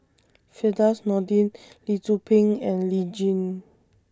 Firdaus Nordin Lee Tzu Pheng and Lee Tjin